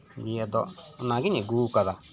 ᱱᱤᱭᱟᱹ ᱟᱫᱚ ᱚᱱᱟᱜᱤᱧ ᱟᱹᱜᱩ ᱟᱠᱟᱫᱟ